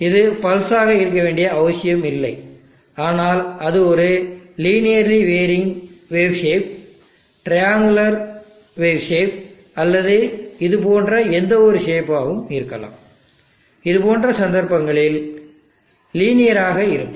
இது பல்ஸ் ஆக இருக்க வேண்டிய அவசியமில்லை ஆனால் அது ஒரு linearly varying wave shape triangle wave shape அல்லது இதுபோன்ற எந்தவொரு சேப்பாகவும் இருக்கலாம் இதுபோன்ற சந்தர்ப்பங்களில் லீனியர் ஆக இருக்கும்